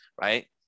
right